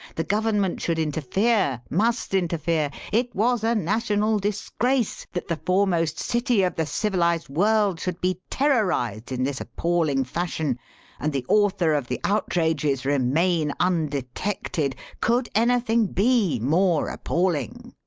the government should interfere must interfere! it was a national disgrace that the foremost city of the civilized world should be terrorized in this appalling fashion and the author of the outrages remain undetected! could anything be more appalling?